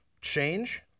change